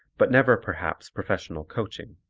but never perhaps professional coaching.